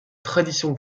traditions